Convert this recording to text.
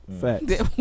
Facts